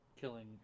killing